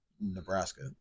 Nebraska